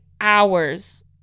hours